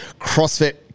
CrossFit